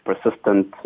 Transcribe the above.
persistent